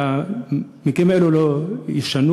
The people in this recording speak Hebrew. שהמקרים האלו לא יישנו